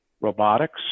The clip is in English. robotics